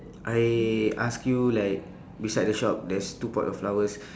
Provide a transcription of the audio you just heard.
I ask you like beside the shop there's two pot of flowers